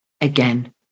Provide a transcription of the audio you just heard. again